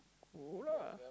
go lah